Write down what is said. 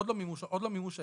עוד לא מימוש העיקול,